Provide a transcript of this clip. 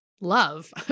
love